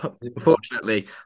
Unfortunately